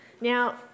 Now